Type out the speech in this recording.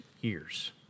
years